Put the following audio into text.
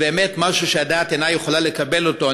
זה באמת משהו שהדעת אינה יכולה לקבל אותו.